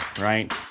right